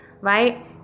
right